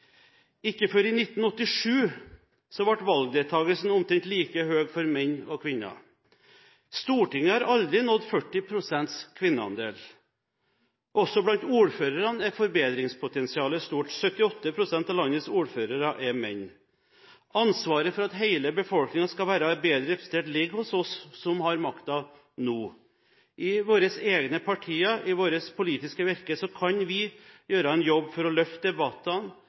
Ikke før i 1987 ble valgdeltakelsen omtrent like høy for menn og kvinner. Stortinget har aldri nådd 40 pst. kvinneandel. Også blant ordførerne er forbedringspotensialet stort – 78 pst. av landets ordførere er menn. Ansvaret for at hele befolkningen skal være bedre representert, ligger hos oss som har makten nå. I våre egne partier og i vårt politiske virke kan vi gjøre en jobb for å løfte debattene,